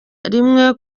rimwe